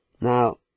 Now